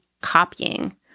copying